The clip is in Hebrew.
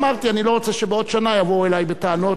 אמרתי שאני לא רוצה שבעוד שנה יבואו אלי בטענות,